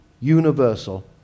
universal